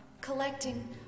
collecting